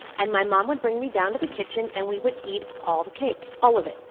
and my mom would bring me down to the kitchen and we would eat all the cake. all of it.